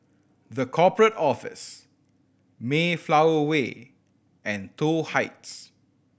The Corporate Office Mayflower Way and Toh Heights